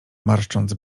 marszcząc